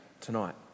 tonight